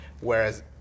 whereas